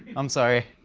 i'm sorry.